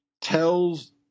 tells